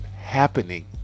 happening